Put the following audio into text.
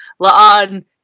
La'an